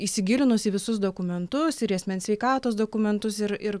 įsigilinus į visus dokumentus ir į asmens sveikatos dokumentus ir ir